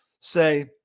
say